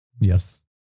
yes